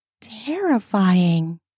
terrifying